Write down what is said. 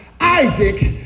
Isaac